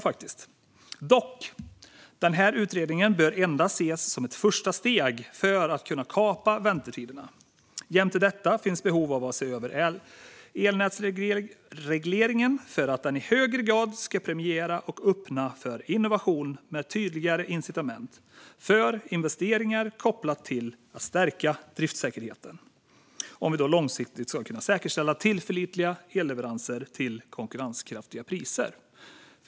Dock bör denna utredning endast ses som ett första steg mot att kunna kapa väntetiderna. Jämte detta finns behov av att se över elnätsregleringen för att den i högre grad ska premiera och öppna för innovation med tydligare incitament för investeringar kopplat till att stärka driftssäkerheten, om vi långsiktigt ska kunna säkerställa tillförlitliga elleveranser till konkurrenskraftiga priser.